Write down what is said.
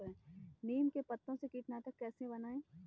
नीम के पत्तों से कीटनाशक कैसे बनाएँ?